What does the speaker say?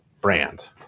brand